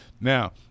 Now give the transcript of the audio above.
Now